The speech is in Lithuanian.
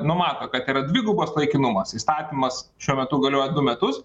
numato kad yra dvigubas laikinumas įstatymas šiuo metu galioja du metus